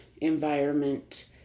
environment